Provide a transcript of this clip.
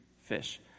fish